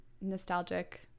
nostalgic